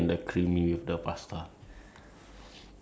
so ya even I eat pasta with like some fried onion